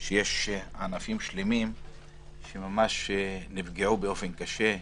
שיש ענפים שלמים שממש נפגעו באופן קשה: